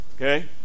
Okay